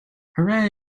hooray